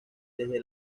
desde